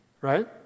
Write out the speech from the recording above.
right